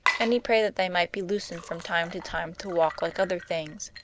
and he prayed that they might be loosened from time to time to walk like other things.